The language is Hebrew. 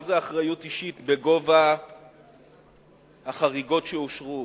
מה זאת אחריות אישית בגובה החריגות שאושרו?